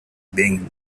being